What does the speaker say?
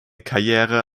karriere